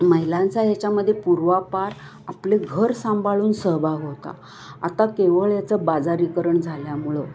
महिलांचा ह्याच्यामध्ये पूर्वापार आपले घर सांभाळून सहभाग होता आता केवळ याचं बाजारीकरण झाल्यामुळं